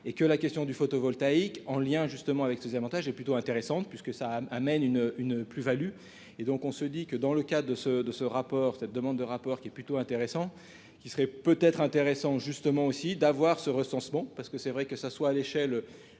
et que la question du photovoltaïque en lien justement avec ses avantages plutôt intéressante puisque ça amène une une plus-Value et donc on se dit que dans le cas de ce de ce rapport, cette demande de rapport qui est plutôt intéressant qu'il serait peut être intéressant justement aussi d'avoir ce recensement parce que c'est vrai que ça soit à l'échelle